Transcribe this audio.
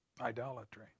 Idolatry